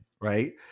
right